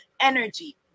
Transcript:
energy